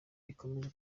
ikomeje